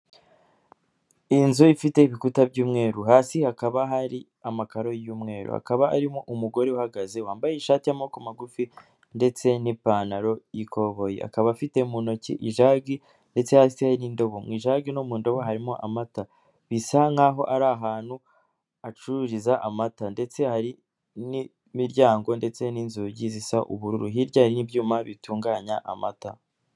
Inzu ifite ibikuta by'umweru hasi hakaba hari amakaro y'umweru akaba arimo umugore uhagaze wambaye ishati y'amaboko magufi ndetse n'ipantaro y'ikoboyi akaba afite mu ntoki ijagi ndetse yahise hari indobo ,mw'ijagi no mu ndobo harimo amata bisa nkaho ari ahantu acururiza amata ndetse hari n'imiryango ndetse n'inzugi zisa uburu hirya n'ibyuma bitunganya amata.